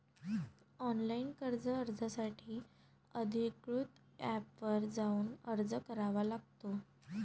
online कर्ज अर्जासाठी अधिकृत एपवर जाऊन अर्ज करावा लागतो